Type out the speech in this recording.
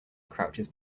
crouches